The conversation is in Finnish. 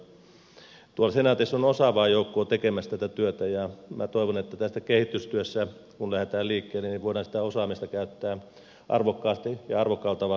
tuolla senaatissa on osaavaa joukkoa tekemässä tätä työtä ja minä toivon että kun tässä kehitystyössä lähdetään liikkeelle niin voidaan sitä osaamista käyttää arvokkaasti ja arvokkaalla tavalla hyväksi